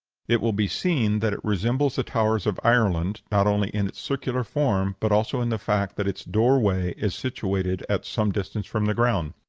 it will be seen that it resembles the towers of ireland, not only in its circular form but also in the fact that its door-way is situated at some distance from the ground.